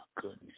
goodness